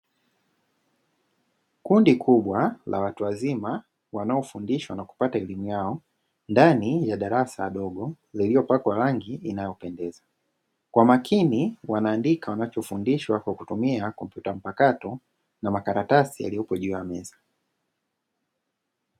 Kundi kubwa la watu wazima wanaofundishwa na kupata elimu yao ndani ya darasa dogo lililopakwa rangi inayopendeza kwa makini wanaandika wanachofundishwa kwa kutumia kompyuta mpakato na makaratasi yaliyoko juu ya meza.